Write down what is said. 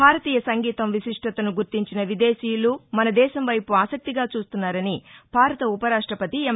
భారతీయ సంగీతం విశిష్టతను గుర్తించిన విదేశీయులు మన దేశం వైపు ఆసక్తిగా చూస్తున్నారని భారత ఉపరాష్టపతి ఎం